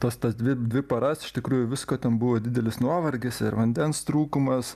tas tas dvi dvi paras iš tikrųjų visko ten buvo didelis nuovargis ir vandens trūkumas